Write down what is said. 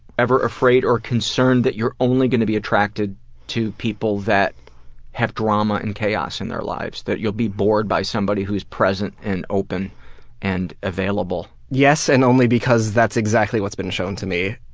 ever afraid or concerned that you are only going to be attracted to people that have drama and chaos in their lives? that you'll be bored by somebody who's present and open and available? yes, and only because that's exactly what's been shown to me.